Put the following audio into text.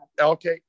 Okay